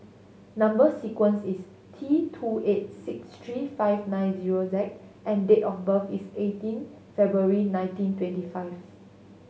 number sequence is T two eight six three five nine zero Z and date of birth is eighteen February nineteen twenty five